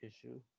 issue